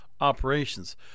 operations